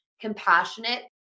compassionate